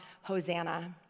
Hosanna